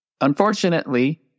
Unfortunately